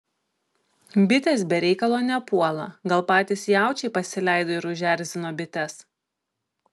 bitės be reikalo nepuola gal patys jaučiai pasileido ir užerzino bites